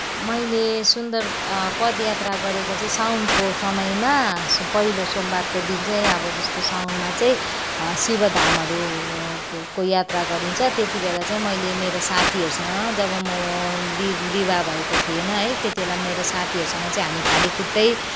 मैले सुन्दर पदयात्रा गरेको चाहिँ साउनको समयमा पहिले सोमवारपको दिन चाहिँ अब जस्तो साउनमा चाहिँ शिवधामहरूको यात्रा गरिन्छ त्यतिबेला चाहिँ मैले मेरो साथीहरूसँग जब म बि विवाह भएको थिएन है त्यतिबेला मेरो साथीहरूसँग चाहिँ हामी खाली खुट्टै